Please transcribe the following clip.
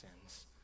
sins